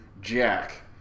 jack